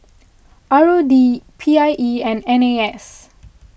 R O D P I E and N A S